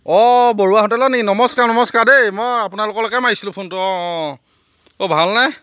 অঁ বৰুৱা হোটেলত নি নমস্কাৰ নমস্কাৰ দেই মই আপোনালোকলৈকে মাৰিছিলোঁ ফোনটো অঁ অঁ অঁ ভালনে